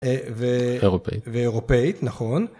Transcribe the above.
ואירופאית נכון.